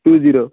two zero